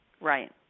Right